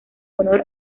honor